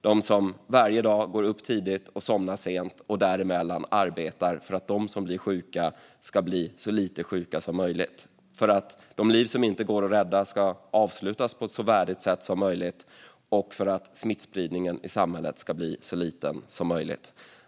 Det handlar om dem som varje dag går upp tidigt och somnar sent och däremellan arbetar för att de som blir sjuka ska bli så lite sjuka som möjligt, för att de liv som inte går att rädda ska avslutas på ett så värdigt sätt som möjligt och för att smittspridningen i samhället ska bli så liten som möjligt.